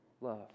love